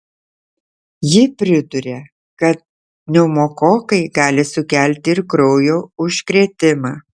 ji priduria kad pneumokokai gali sukelti ir kraujo užkrėtimą